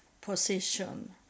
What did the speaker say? position